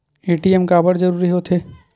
ATM काबर जरूरी हो थे?